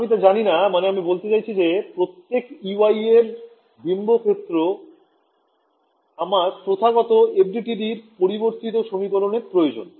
আমি তা জানি না মানে আমি বলতে চাইছি যে প্রত্যেক Ey এর বিম্ব ক্ষেত্রে আমার প্রথাগত FDTD এর পরিবর্তিত সমীকরণের প্রয়োজন